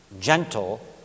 gentle